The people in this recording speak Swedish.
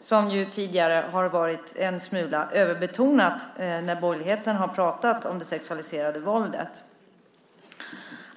som ju tidigare har varit en smula överbetonat när borgerligheten har pratat om det sexualiserade våldet.